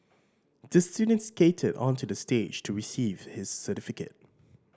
the student skated onto the stage to receive his certificate